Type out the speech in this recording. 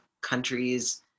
countries